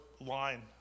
line